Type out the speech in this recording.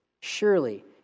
Surely